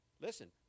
Listen